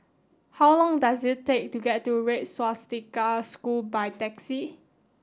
how long does it take to get to Red Swastika School by taxi